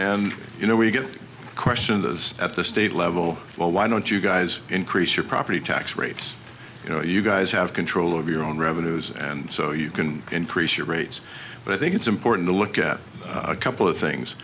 and you know we get questioned as at the state level well why don't you guys increase your property tax rates you know you guys have control of your own revenues and so you can increase your rates but i think it's important to look at a couple of things